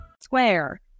Square